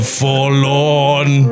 forlorn